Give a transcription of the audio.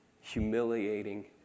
humiliating